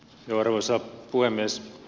arvoisa puhemies